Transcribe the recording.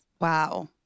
Wow